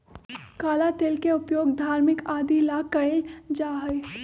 काला तिल के उपयोग धार्मिक आदि ला कइल जाहई